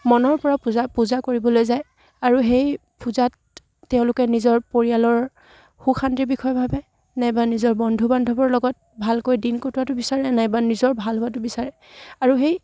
মনৰ পৰা পূজা পূজা কৰিবলৈ যায় আৰু সেই পূজাত তেওঁলোকে নিজৰ পৰিয়ালৰ সুখ শান্তিৰ বিষয়ে ভাৱে নাইবা নিজৰ বন্ধু বান্ধৱৰ লগত ভালকৈ দিন কটোৱাটো বিচাৰে নাইবা নিজৰ ভাল হোৱাটো বিচাৰে আৰু সেই